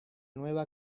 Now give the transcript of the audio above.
nueva